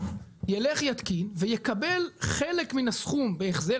יילך ויתקין ויקבל חלק מן הסכום בהחזר,